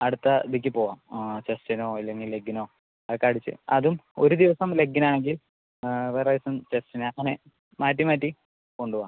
അടുത്ത അതിലേക്ക് പോവാം ചെസ്റ്റിനോ അല്ലെങ്കിൽ ലെഗ്ഗിനോ അതൊക്കെ അടിച്ച് അതും ഒരു ദിവസം ലെഗ്ഗിന് ആണെങ്കിൽ വേറെ ദിവസം ചെസ്റ്റിന് അങ്ങനെ മാറ്റി മാറ്റി കൊണ്ടുപോവാം